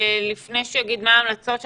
לפני שהוא יגיד מה ההמלצות שלו,